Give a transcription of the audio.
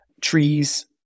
Trees